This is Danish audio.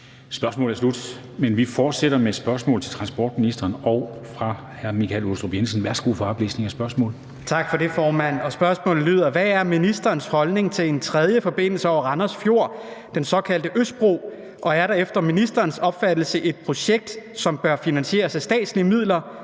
Spørgsmålet er sluttet. Men vi fortsætter med spørgsmål til transportministeren og fra hr. Michael Aastrup Jensen. Kl. 13:37 Spm. nr. S 567 6) Til transportministeren af: Michael Aastrup Jensen (V): Hvad er ministerens holdning til en tredje forbindelse over Randers Fjord, den såkaldte Østbro, og er det efter ministerens opfattelse et projekt, som bør finansieres af statslige midler,